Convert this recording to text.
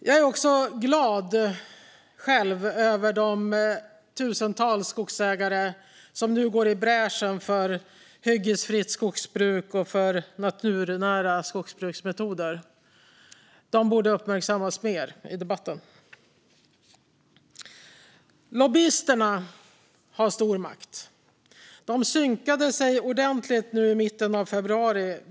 Jag är glad över de tusentals skogsägare som nu går i bräschen för hyggesfritt skogsbruk och naturnära skogsbruksmetoder. De borde uppmärksammas mer i debatten. Lobbyisterna har stor makt. De synkade sig ordentligt i mitten av februari.